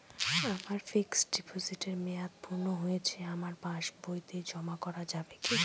আমার ফিক্সট ডিপোজিটের মেয়াদ পূর্ণ হয়েছে আমার পাস বইতে জমা করা যাবে কি?